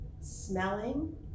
Smelling